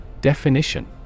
Definition